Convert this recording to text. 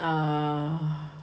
ah